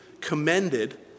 commended